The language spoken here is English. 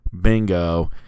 bingo